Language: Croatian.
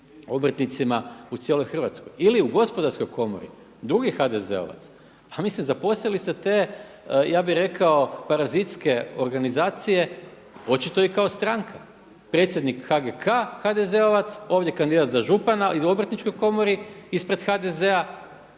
obrtnicima u cijeloj Hrvatskoj ili u Gospodarskoj komori drugi HDZ-ovac. Pa mislim, zaposlili ste te ja bi rekao parazitske organizacije, očito i kao stranka. Predsjednik HGK-a HDZ-ovac ovdje kandidat za župana i u Obrtničkoj komori ispred HDZ-a